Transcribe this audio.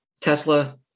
Tesla